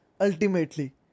ultimately